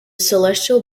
celestial